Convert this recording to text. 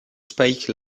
spike